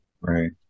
Right